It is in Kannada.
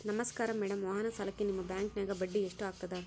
ನಮಸ್ಕಾರ ಮೇಡಂ ವಾಹನ ಸಾಲಕ್ಕೆ ನಿಮ್ಮ ಬ್ಯಾಂಕಿನ್ಯಾಗ ಬಡ್ಡಿ ಎಷ್ಟು ಆಗ್ತದ?